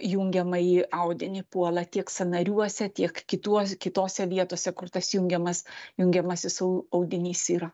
jungiamąjį audinį puola tiek sąnariuose tiek kituos kitose vietose kur tas jungiamas jungiamasis au audinys yra